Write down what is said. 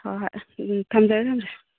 ꯍꯣꯏ ꯍꯣꯏ ꯎꯝ ꯊꯝꯖꯔꯦ ꯊꯝꯖꯔꯦ